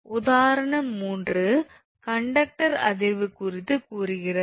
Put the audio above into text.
உதாரணம் 3 கண்டக்டர் அதிர்வு குறித்து கூறுகிறது